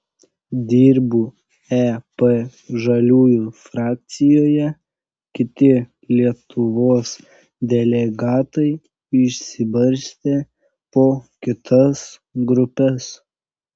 dirbu ep žaliųjų frakcijoje kiti lietuvos delegatai išsibarstę po kitas grupes